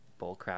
bullcrap